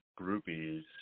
groupies